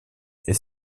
est